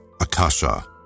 akasha